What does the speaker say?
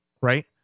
right